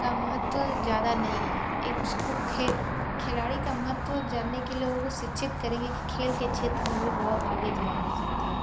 का महत्त्व ज़्यादा नहीं है एक उसको खिलाड़ी का महत्त्व जानने के लिए लोगों को शिक्षित करेंगे कि खेल के क्षेत्र में भी बहुत आगे जाया जा सकता है